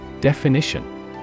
Definition